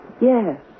Yes